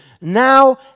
Now